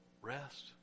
rest